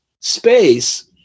space